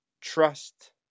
trust